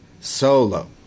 solo